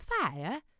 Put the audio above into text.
fire